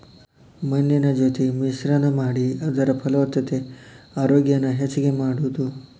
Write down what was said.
ಮಣ್ಣಿನ ಜೊತಿ ಮಿಶ್ರಣಾ ಮಾಡಿ ಅದರ ಫಲವತ್ತತೆ ಆರೋಗ್ಯಾನ ಹೆಚಗಿ ಮಾಡುದು